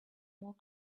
more